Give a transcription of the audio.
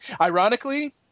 ironically